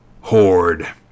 horde